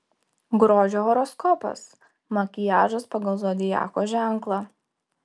grožio horoskopas makiažas pagal zodiako ženklą